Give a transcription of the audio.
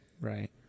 Right